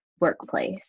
workplace